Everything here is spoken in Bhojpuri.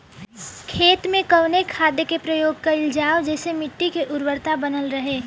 खेत में कवने खाद्य के प्रयोग कइल जाव जेसे मिट्टी के उर्वरता बनल रहे?